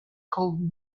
called